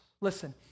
Listen